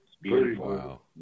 beautiful